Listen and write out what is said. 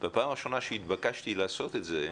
בפעם הראשונה שהתבקשתי לעשות את זה,